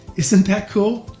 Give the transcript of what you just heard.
isn't that cool?